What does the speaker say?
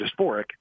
dysphoric